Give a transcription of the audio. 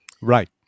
Right